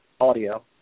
audio